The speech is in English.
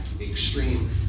extreme